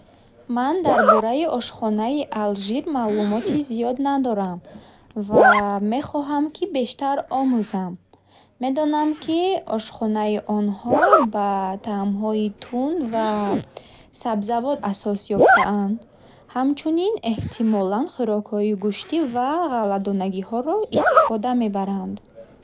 Ман дар бораи ошхонаи Алжир маълумоти зиёд надорам ва мехоҳам, ки бештар омӯзам. Медонам, ки ошхонаи онҳо ба таъмҳои тунд ва сабзавот асос ёфтааст. Ҳамчунин, эҳтимолан хӯрокҳои гӯшти ва ғалладонагиҳоро истифода мебаранд.